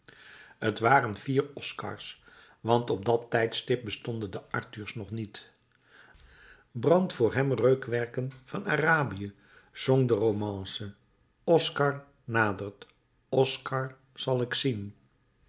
t waren vier oscars want op dat tijdstip bestonden de arthurs nog niet brand voor hem reukwerken van arabië zong de romance oscar nadert oscar zal ik zien